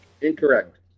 Incorrect